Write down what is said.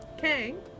Kang